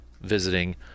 visiting